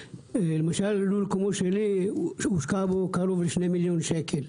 למשל לול כמו שלי הושקע בו קרוב לשני מיליון שקל.